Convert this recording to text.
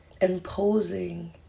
imposing